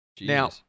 now